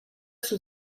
sus